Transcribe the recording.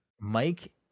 Mike